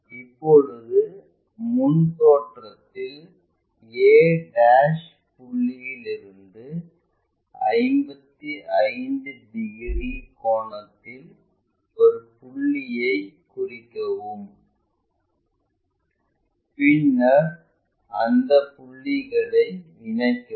இப்பொழுது முன் தோற்றத்தில் a புள்ளியில் இருந்து 55 டிகிரி கோணத்தில் ஒரு புள்ளியை குறிக்கவும் பின்னர் அந்த புள்ளிகளை இணைக்கவும்